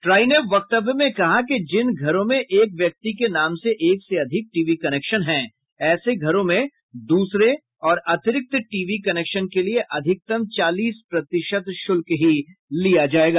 try ने वक्तव्य में कहा कि जिन घरों में एक व्यक्ति के नाम से एक से अधिक टीवी कनेक्शन हैं ऐसे घरों में दूसरे और अतिरिक्त टीवी कनेक्शन के लिए अधिकतम चालीस प्रतिशत शुल्क ही लिया जाएगा